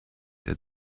der